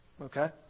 okay